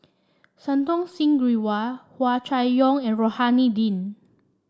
Santokh Singh Grewal Hua Chai Yong and Rohani Din